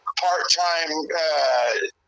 part-time